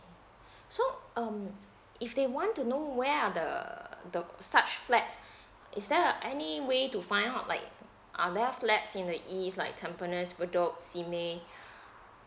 so um if they want to know where are the the such flats is there uh any way to find out like are there a flats in east like tampines bedok simei